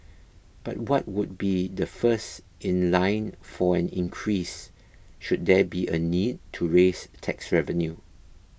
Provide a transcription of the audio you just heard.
but what would be the first in line for an increase should there be a need to raise tax revenue